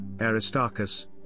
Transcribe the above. Aristarchus